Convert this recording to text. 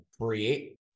create